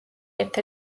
ერთ